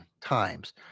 times